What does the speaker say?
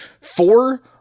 four